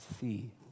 see